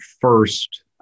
First